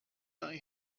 die